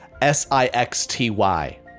S-I-X-T-Y